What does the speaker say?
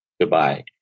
Goodbye